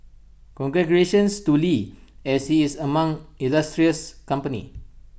congratulations to lee as he is among illustrious company